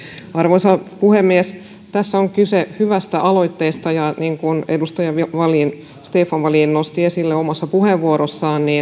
arvoisa puhemies tässä on kyse hyvästä aloitteesta ja niin kuin edustaja stefan wallin nosti esille omassa puheenvuorossaan